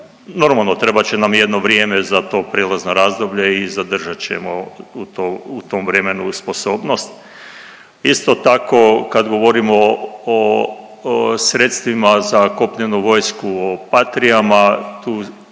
Normalno trebat će nam jedno vrijeme za to prijelazno razdoblje i zadržat ćemo u tom vremenu sposobnost. Isto tako kad govorimo o sredstvima za kopnenu vojsku o Patriama tu